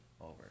over